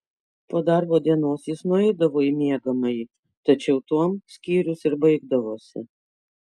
po darbo dienos jis nueidavo į miegamąjį tačiau tuom skyrius ir baigdavosi